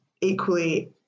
equally